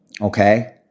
Okay